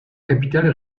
capitale